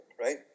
right